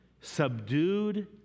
subdued